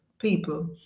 people